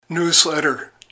Newsletter